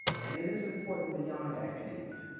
and it is important beyond academia.